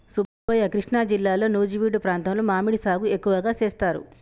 సుబ్బయ్య కృష్ణా జిల్లాలో నుజివీడు ప్రాంతంలో మామిడి సాగు ఎక్కువగా సేస్తారు